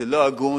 זה לא הגון,